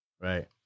right